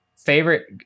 Favorite